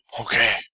Okay